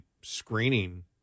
screening